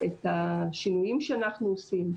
את השינויים שאנחנו עושים.